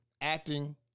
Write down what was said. acting